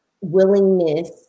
willingness